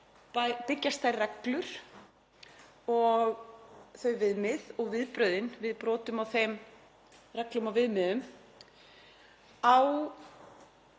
byggjast þær reglur og þau viðmið og viðbrögðin við brotum á þeim reglum og viðmiðum, á